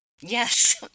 Yes